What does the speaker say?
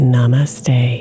Namaste